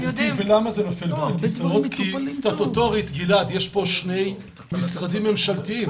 זה נופל בין הכיסאות כי סטטוטורית יש פה שני משרדים ממשלתיים.